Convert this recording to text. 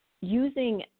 using